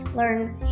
learns